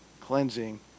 cleansing